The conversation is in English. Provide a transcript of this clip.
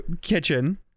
kitchen